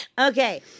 Okay